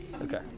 Okay